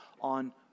on